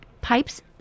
pipes